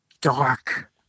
dark